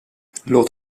låt